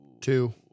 Two